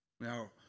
Now